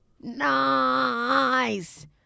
nice